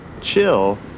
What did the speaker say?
Chill